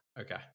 Okay